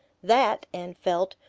that, anne felt,